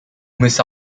miss